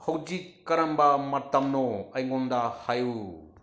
ꯍꯧꯖꯤꯛ ꯀꯔꯝꯕ ꯃꯇꯝꯅꯣ ꯑꯩꯉꯣꯟꯗ ꯍꯥꯏꯌꯨ